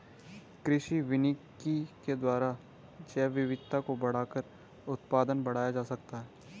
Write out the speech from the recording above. कृषि वानिकी के द्वारा जैवविविधता को बढ़ाकर उत्पादन बढ़ाया जा सकता है